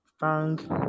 Thank